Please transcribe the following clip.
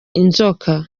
inzoka